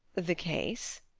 the case?